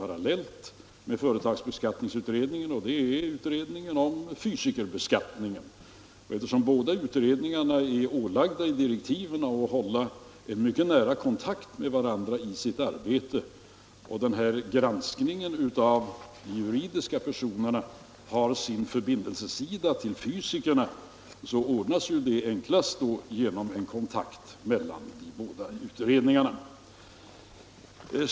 Parallellt med företagsskatteberedningen arbetar en utredning med beskattningen av fysiska personer. Båda utredningarna är enligt direktiven ålagda att hålla mycket nära kontakt med varandra i sitt arbete, och eftersom granskningen av de juridiska personerna har en förbindelsesida till ”fysikerna” ordnas ju saken enklast genom en kontakt mellan de båda utredningarna.